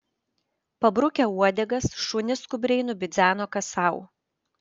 pabrukę uodegas šunys skubriai nubidzeno kas sau